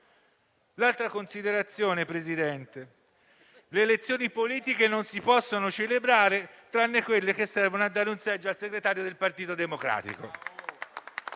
Un'altra considerazione, signor Presidente: le elezioni politiche non si possono celebrare, tranne quelle che servono a dare un seggio al segretario del Partito Democratico.